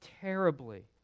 terribly